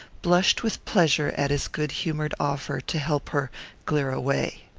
blushed with pleasure at his good-humored offer to help her glear away.